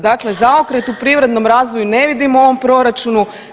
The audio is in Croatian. Dakle, zaokret u privrednom razvoju ne vidimo u ovom proračunu.